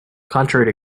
contrary